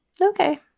Okay